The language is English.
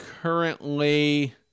currently